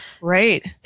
Right